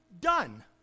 done